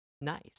Nice